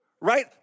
Right